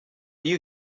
you